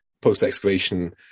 post-excavation